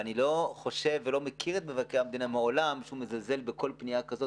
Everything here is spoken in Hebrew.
ואני לא חושב ולא מכיר את מבקר המדינה שהוא מזלזל בכל פנייה כזאת,